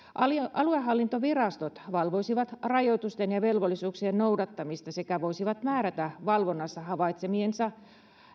aluehallintovirastot valvoisivat rajoitusten ja velvollisuuksien noudattamista sekä voisivat määrätä valvonnassa havaitsemansa